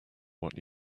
what